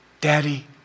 Daddy